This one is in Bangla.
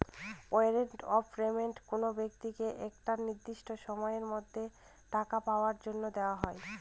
ওয়ারেন্ট অফ পেমেন্ট কোনো ব্যক্তিকে একটা নির্দিষ্ট সময়ের মধ্যে টাকা পাওয়ার জন্য দেওয়া হয়